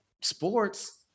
sports